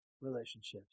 relationships